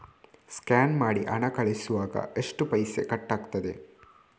Scan ಮಾಡಿ ಹಣ ಕಳಿಸುವಾಗ ಎಷ್ಟು ಪೈಸೆ ಕಟ್ಟಾಗ್ತದೆ?